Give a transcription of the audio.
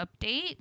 update